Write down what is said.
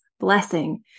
blessing